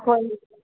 ꯍꯣꯏ